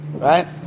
Right